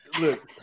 Look